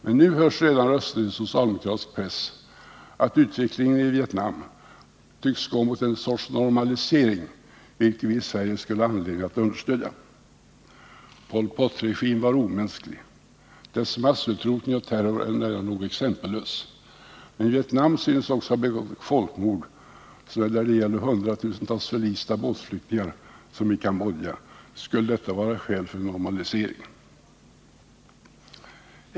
Men nu hörs redan röster i socialdemokratisk press att utvecklingen i Vietnam tycks gå mot en sorts normalisering, något som vi i Sverige skulle ha anledning att understödja. Pol Pot-regimen var omänsklig. Dess massutrotning och terror är nära nog exempellös. Men Vietnam tycks också ha begått folkmord såväl när det gäller hundratusentals förlista båtflyktingar som i Cambodja. Skulle detta vara skäl för normalisering?